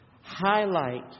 highlight